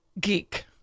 geek